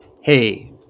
hey